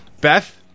Beth